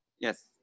Yes